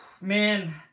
man